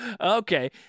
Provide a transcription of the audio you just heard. okay